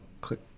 click